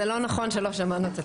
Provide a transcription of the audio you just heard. זה לא נכון שלא שמענו את הציבור.